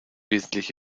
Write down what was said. wesentlich